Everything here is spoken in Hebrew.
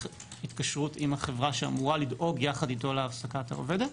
התקשרות עם החברה שאמורה לדאוג יחד אתו להעסקת העובדת.